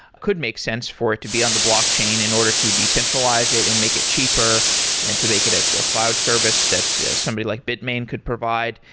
could make sense for it to be on the blockchain in order to decentralize it and make it cheaper and to make it ah a cloud service that somebody like bitmain could provide.